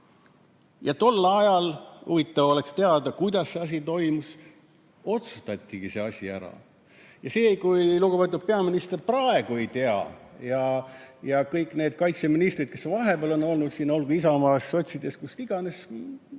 Ja tol ajal – huvitav oleks teada, kuidas see toimus – otsustatigi see asi ära. Ja see, kui lugupeetud peaminister praegu ei tea midagi ja kõik need kaitseministrid, kes vahepeal on olnud, olgu Isamaast, sotsidest, kust iganes –